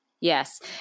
Yes